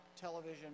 television